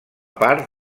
part